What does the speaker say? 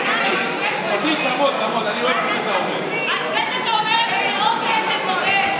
זה שאתה אומר, תשב,